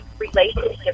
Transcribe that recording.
relationship